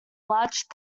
large